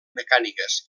mecàniques